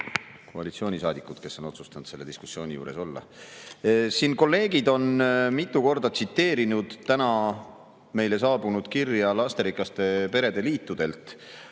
koalitsioonisaadikut, kes on otsustanud selle diskussiooni juures olla! Kolleegid on mitu korda tsiteerinud täna meile saabunud kirja lasterikaste perede liitudelt.